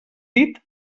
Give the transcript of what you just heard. dit